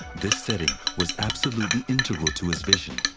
this setting was absolutely integral to his vision.